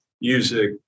music